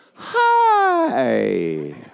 hi